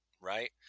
right